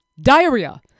diarrhea